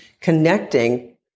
connecting